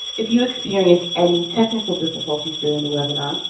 if you experience any technical difficulties during the webinar,